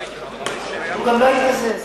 הוא גם לא יתקזז.